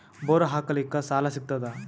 Bore ಹಾಕಲಿಕ್ಕ ಸಾಲ ಸಿಗತದ?